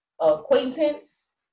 acquaintance